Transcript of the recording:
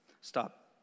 stop